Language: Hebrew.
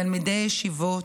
תלמידי ישיבות,